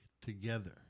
together